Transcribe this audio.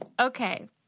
Okay